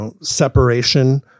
separation